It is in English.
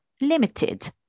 limited